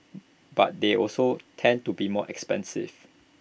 but they also tend to be more expensive